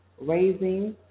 Raising